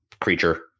creature